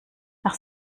nach